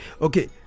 okay